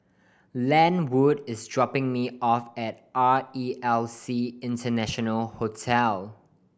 Lenwood is dropping me off at R E L C International Hotel